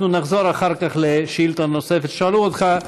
אנחנו נחזור אחר כך לשאילתה נוספת ששאלו אותך.